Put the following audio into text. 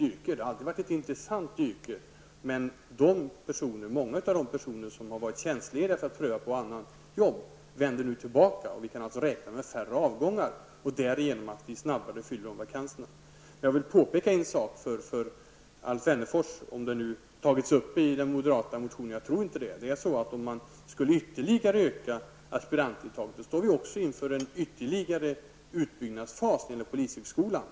Det har alltid varit ett intressant yrke, men många av de poliser som har varit tjänstlediga för att pröva ett annat jobb vänder nu tillbaka. Vi kan således räkna med färre avgångar och snabbare fylla upp vakanserna. Jag vill påpeka för Alf Wennerfors -- i händelse av att det har tagits upp i den moderata motionen, vilket jag inte tror -- att om man ytterligare skulle öka aspirantintaget, står vi inför en ytterligare utbyggnadsfas när det gäller polishögskolan.